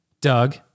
Doug